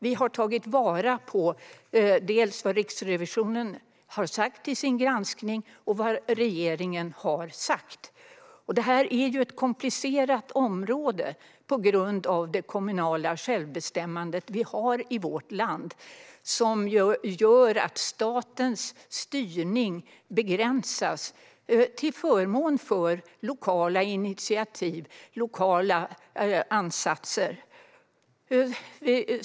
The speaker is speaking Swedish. Vi har tagit vara på både vad Riksrevisionen har sagt i sin granskning och vad regeringen har sagt. Det är ett komplicerat område på grund av det kommunala självbestämmande vi har i vårt land. Det gör att statens styrning begränsas till förmån för lokala initiativ och ansatser.